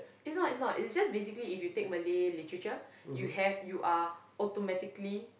is not is not is just basically you take Malay literature you have automatically